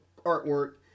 artwork